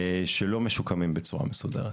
שלא משוקמים בצורה מסודרת.